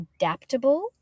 adaptable